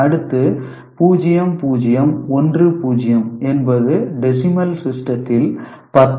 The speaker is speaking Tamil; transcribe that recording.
அடுத்து 0 0 1 0 என்பது டெசிமல் சிஸ்டத்தில் பத்து